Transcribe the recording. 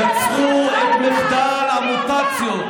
יצרו את מחדל המוטציות,